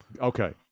Okay